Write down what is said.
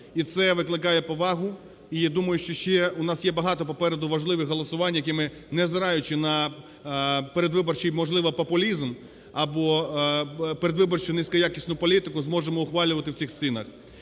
І це викликає повагу. І думаю, що ще у нас є багато попереду важливих голосувань, які ми, не взираючи на передвиборчий можливо популізм або передвиборчу низькоякісну політику, зможемо ухвалювати в цих стінах.